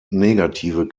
negative